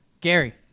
Gary